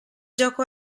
gioco